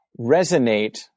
resonate